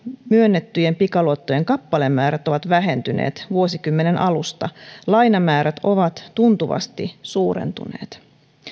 myönnettyjen pikaluottojen kappalemäärät ovat vähentyneet vuosikymmenen alusta lainamäärät ovat tuntuvasti suurentuneet